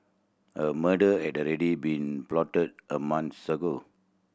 a murder had already been plotted a month ago